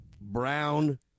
Brown